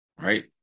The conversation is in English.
right